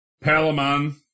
Palamon